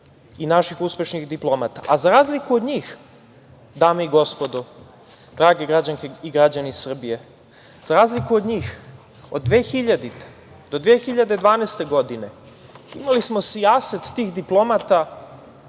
i naših uspešnih diplomata.Za razliku od njih, dame i gospodo, dragi građani i građanke Srbije, za razliku od njih, od 2000. do 2012. godine imali smo sijaset tih diplomata,